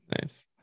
Nice